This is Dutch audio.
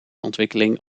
ontwikkeling